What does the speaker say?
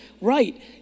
right